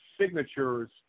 signatures